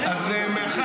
אבל,